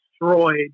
destroyed